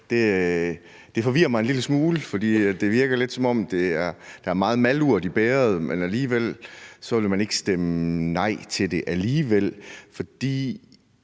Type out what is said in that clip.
det forvirrer mig en lille smule, for det virker lidt, som om der er meget malurt i bægeret, men alligevel vil man ikke stemme nej til det,